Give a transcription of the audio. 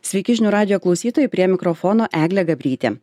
sveiki žinių radijo klausytojai prie mikrofono eglė gabrytė